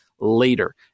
Later